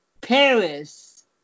Paris